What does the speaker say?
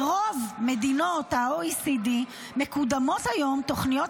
ברוב מדינות ה-OECD מקודמות היום תוכניות